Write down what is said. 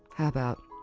about,